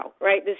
right